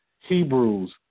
Hebrews